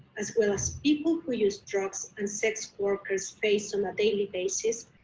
as well as people who use drugs and sex workers face on a daily basis,